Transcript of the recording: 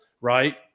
right